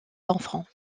enfants